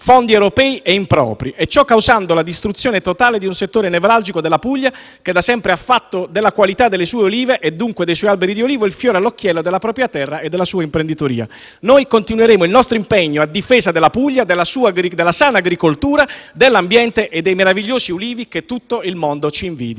fondi europei e impropri, causando così la distruzione totale di un settore nevralgico della Puglia che da sempre ha fatto della qualità delle sue olive e, dunque, dei suoi alberi di ulivo il fiore all'occhiello della propria terra e della sua imprenditoria. Continueremo il nostro impegno a difesa della Puglia e della sua sana agricoltura, dell'ambiente e dei meravigliosi ulivi che tutto il mondo ci invidia.